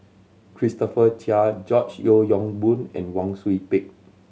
Christopher Chia George Yeo Yong Boon and Wang Sui Pick